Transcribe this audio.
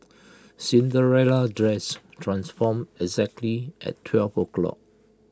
Cinderella's dress transformed exactly at twelve o'clock